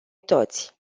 toți